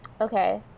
Okay